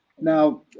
Now